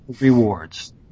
rewards